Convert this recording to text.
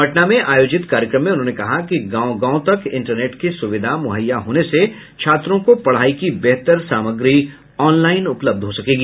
पटना में आयोजित कार्यक्रम में उन्होंने कहा कि गांव गांव तक इंटरनेट की सुविधा मुंहैया होने से छात्रों को पढ़ाई की बेहतर सामग्री ऑनलाईन उपलब्ध हो सकेगी